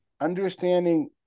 understanding